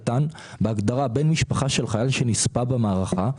בהגדרה "בן משפחה של חייל שנספה במערכה"